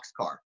Boxcar